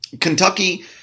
Kentucky